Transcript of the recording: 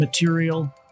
material